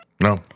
No